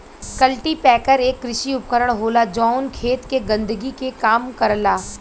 cultipacker एक कृषि उपकरण होला जौन खेत के गंदगी के कम करला